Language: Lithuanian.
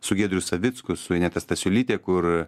su giedrius savicku su ineta stasiulyte kur